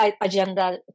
agenda